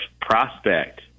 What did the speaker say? prospect